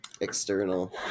external